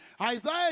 Isaiah